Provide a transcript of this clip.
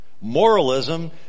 Moralism